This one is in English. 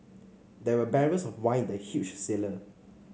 there were barrels of wine in the huge cellar